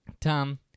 Tom